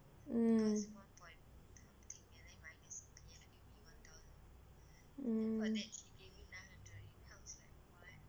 mm mm